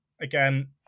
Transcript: again